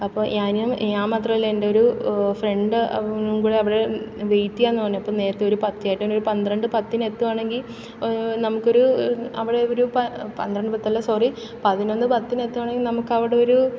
അപ്പോൾ ഞാനും ഞാൻ മാത്രമല്ല എൻ്റെ ഒരു ഫ്രണ്ട് അവനും കൂടി അവിടെ വെയിറ്റ് ചെയ്യാമെന്നു പറഞ്ഞു അപ്പം നേരത്തെ ഒരു ചേട്ടനൊരു പന്ത്രണ്ട് പത്തിനെത്തുകയാണെങ്കിൽ നമുക്കൊരു അവിടെയൊരു പന്ത്രണ്ട് പത്തല്ല സോറി പതിനൊന്ന് പത്തിനെത്തുകയാണെങ്കിൽ നമുക്കവിടൊരു